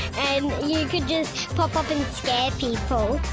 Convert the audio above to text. and you could just pop up and scare people.